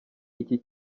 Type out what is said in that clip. iki